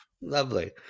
Lovely